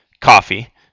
coffee